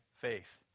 faith